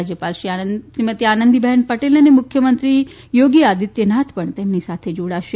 રાજ્યપાલ આનંદીબેન પટેલ અને મુખ્યમંત્રી યોગી આદિત્યનાથ પણ તેની સાથે જોડાશે